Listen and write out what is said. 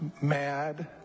mad